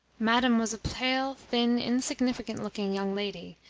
madame was a pale, thin, insignificant-looking young lady,